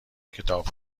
کتاب